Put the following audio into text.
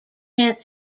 tenth